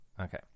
Okay